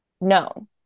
known